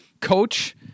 Coach